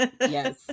Yes